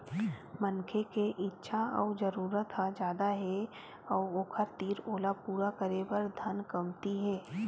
मनखे के इच्छा अउ जरूरत ह जादा हे अउ ओखर तीर ओला पूरा करे बर धन कमती हे